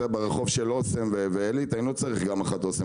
ברחוב של אסם ועלית אני לא צריך סדרן אחד של אסם